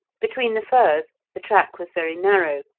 between the first the track was very narrow,